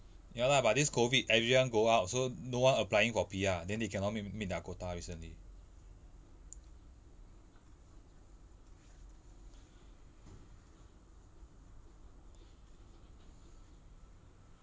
ya lah but this COVID everyone go out so no one applying for P_R then they cannot meet meet their quota recently